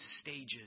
stages